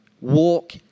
walk